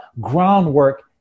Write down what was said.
groundwork